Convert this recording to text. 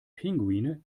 pinguine